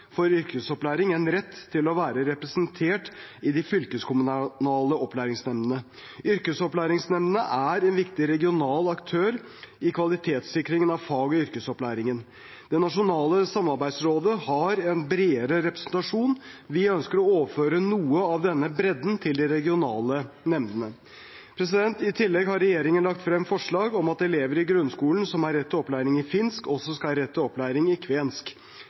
for yrkesopplæring, en rett til å være representert i de fylkeskommunale yrkesopplæringsnemndene. Yrkesopplæringsnemndene er en viktig regional aktør i kvalitetssikringen av fag- og yrkesopplæringen. Det nasjonale samarbeidsrådet har en bredere representasjon. Vi ønsker å overføre noe av denne bredden til de regionale nemndene. I tillegg har regjeringen lagt frem forslag om at elever i grunnskolen som har rett til opplæring i finsk, også skal ha rett til opplæring i kvensk.